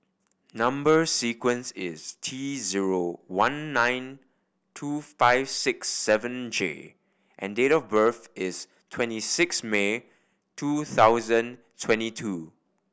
number sequence is T zero one nine two five six seven J and date of birth is twenty six May two thousand twenty two